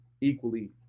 equally